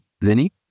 Vinny